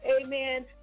amen